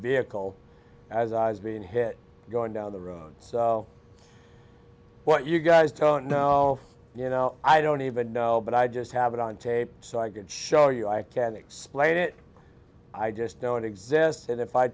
vehicle as i was being hit going down the road so what you guys tono you know i don't even know but i just have it on tape so i could show you i can explain it i just know it exists and if i